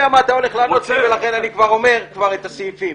לי ולכן אני כבר אומר את הסעיפים.